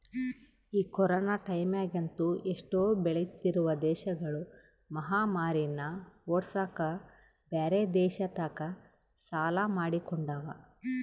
ಈ ಕೊರೊನ ಟೈಮ್ಯಗಂತೂ ಎಷ್ಟೊ ಬೆಳಿತ್ತಿರುವ ದೇಶಗುಳು ಮಹಾಮಾರಿನ್ನ ಓಡ್ಸಕ ಬ್ಯೆರೆ ದೇಶತಕ ಸಾಲ ಮಾಡಿಕೊಂಡವ